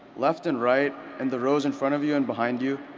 left and right and the rows in front of you and behind you.